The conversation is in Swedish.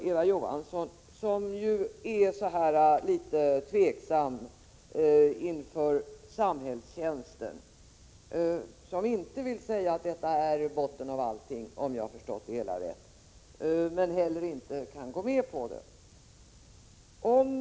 Eva Johansson är ju litet tveksam inför samhällstjänsten och vill inte säga att detta är botten av allting, om jag har förstått det hela rätt, men kan heller inte gå med på det.